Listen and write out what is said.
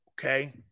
Okay